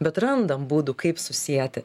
bet randam būdų kaip susieti